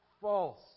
false